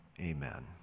amen